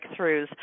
Breakthroughs